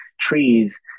trees